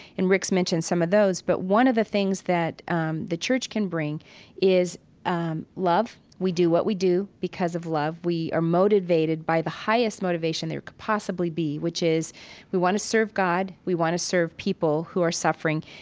and rick's mentioned some of those. but one of the things that um the church can bring is um love. we do what we do because of love we are motivated by the highest motivation there could possibly be, which is we want to serve god. we want to serve people who are suffering.